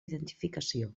identificació